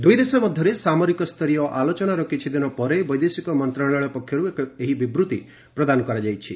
ଦୂଇଦେଶ ମଧ୍ୟରେ ସାମରିକ ସ୍ତରୀୟ ଆଲୋଚନାର କିଛିଦିନ ପରେ ବୈଦେଶିକ ମନ୍ତ୍ରଣାଳୟ ପକ୍ଷରୁ ଏହି ବିବୃତି ପ୍ରଦାନ କରାଯାଇଛି